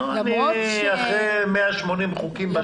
אחרי 180 חוקים.